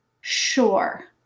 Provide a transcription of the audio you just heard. Sure